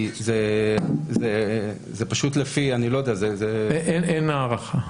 אני לא יודע, זה לפי אין לי הערכה.